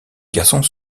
garçons